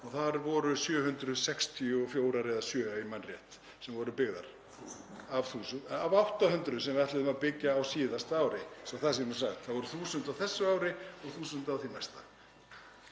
og þær voru 764 eða 767, ef ég man rétt, sem voru byggðar af 800 sem við ætluðum að byggja á síðasta ári, svo það sé nú sagt. Það voru 1.000 á þessu ári og 1.000 á því næsta.